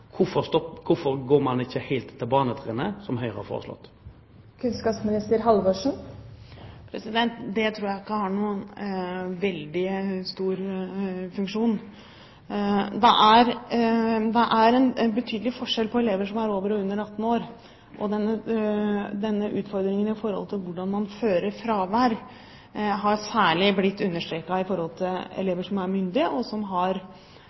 hvorfor går man ikke helt ned til barnetrinnet, som Høyre har foreslått? Det tror jeg ikke ville ha noen veldig stor funksjon. Det er en betydelig forskjell på elever som er over 18 år og elever som er under 18 år, og denne utfordringen, hvordan man fører fravær, har særlig blitt understreket overfor elever som er myndige, og som selvfølgelig har